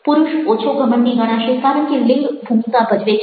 પુરુષ ઓછો ઘમંડી ગણાશે કારણ કે લિંગ ભૂમિકા ભજવે છે